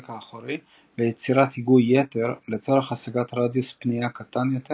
האחורי ויצירת היגוי יתר לצורך השגת רדיוס פנייה קטן יותר